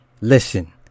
Listen